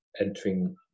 entering